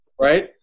right